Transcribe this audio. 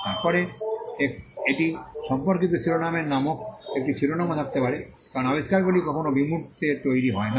তারপরে এটি সম্পর্কিত শিরোনামের নামক একটি শিরোনামও থাকতে পারে কারণ আবিষ্কারগুলি কখনও বিমূর্তে তৈরি হয় না